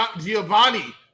Giovanni